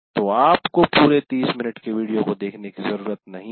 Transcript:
तो आपको पूरे 30 मिनट के वीडियो को देखने की जरूरत नहीं है